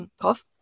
cough